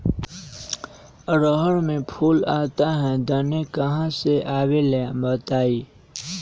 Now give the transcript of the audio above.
रहर मे फूल आता हैं दने काहे न आबेले बताई?